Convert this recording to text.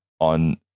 on